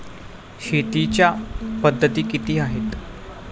शेतीच्या पद्धती किती आहेत?